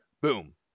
boom